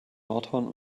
nordhorn